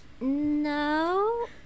No